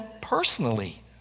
personally